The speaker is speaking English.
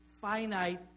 finite